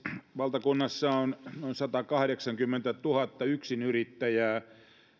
valtakunnassa on noin satakahdeksankymmentätuhatta yksinyrittäjää ja